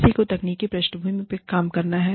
किसी को तकनीकी पृष्ठभूमि का काम करना है